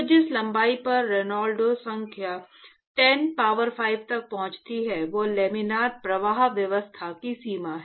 तो जिस लंबाई पर रेनॉल्ड्स संख्या 10 पावर 5 तक पहुँचती है वह लामिना प्रवाह व्यवस्था की सीमा है